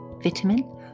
vitamin